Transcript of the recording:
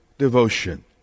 devotion